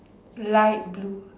light blue